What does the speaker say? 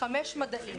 5 מדעי,